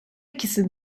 ikisi